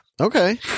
Okay